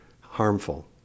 harmful